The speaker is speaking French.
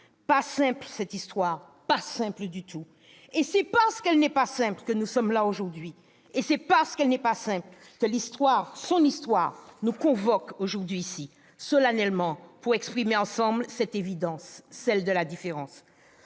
Pas simple, cette histoire. Pas simple du tout ! Et c'est parce qu'elle n'est pas simple que nous sommes là aujourd'hui. C'est parce qu'elle n'est pas simple que l'histoire- son histoire -nous convoque aujourd'hui ici, solennellement, pour exprimer ensemble cette évidence : celle de la différence.